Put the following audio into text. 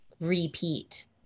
repeat